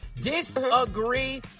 Disagree